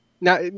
Now